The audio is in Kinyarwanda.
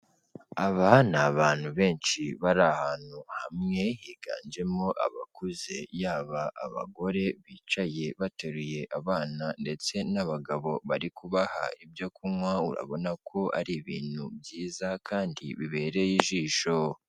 Aba ni abantu benshi bari ahantu hamwe, higanjemo abakuze yaba abagore bicaye bateruye abana ndetse n'abagabo bari kubaha ibyo kunywa, urabona ko ari ibintu byiza kandi bibereye ijisho.